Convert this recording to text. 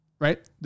Right